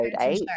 eight